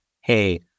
hey